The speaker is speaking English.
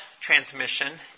transmission